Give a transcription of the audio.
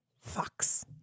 fox